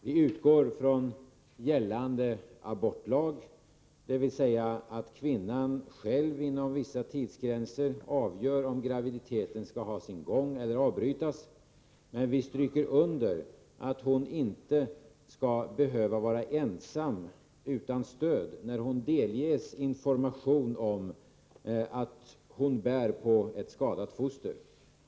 Vi utgår från gällande abortlag, där det föreskrivs att kvinnan själv inom vissa tidgränser avgör om graviditeten skall ha sin gång eller avbrytas, men vi stryker under att hon inte skall behöva vara ensam och utan stöd när hon delges information om att hon bär på ett skadat foster.